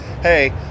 hey